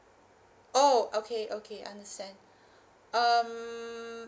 oh okay okay understand um